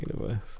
Universe